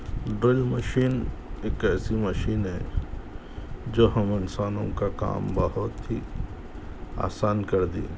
drill machine ایک ایسی machine ہے جو ہم انسانوں کا کام بہت ہی آسان کر دی